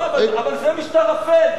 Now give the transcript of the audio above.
אבל זה משטר אפל.